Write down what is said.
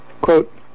Quote